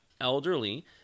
elderly